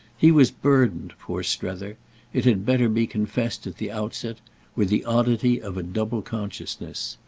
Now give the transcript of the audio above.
he was burdened, poor strether it had better be confessed at the outset with the oddity of a double consciousness.